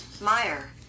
Meyer